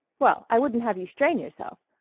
well, i wouldn't have you strain yourself.